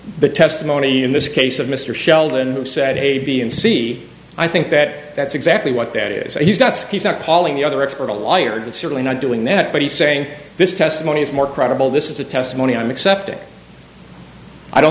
the testimony in this case of mr sheldon said a b and c i think that that's exactly what that is and he's not skis not calling the other expert a liar and certainly not doing that but he's saying this testimony is more credible this is the testimony i'm accepting i don't